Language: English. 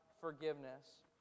forgiveness